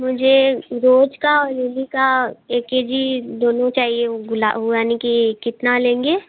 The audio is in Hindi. मुझे रोज का लिली का एक के जी दोनों चाहिए यानी कि कितना लेंगे